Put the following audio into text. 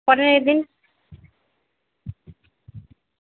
কবে দিন